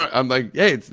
i'm like, hey,